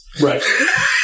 Right